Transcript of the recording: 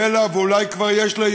יהיה לה ואולי כבר יש לה,